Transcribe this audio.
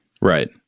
Right